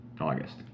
August